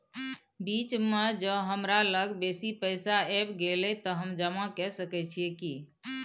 बीच म ज हमरा लग बेसी पैसा ऐब गेले त हम जमा के सके छिए की?